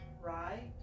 Right